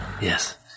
Yes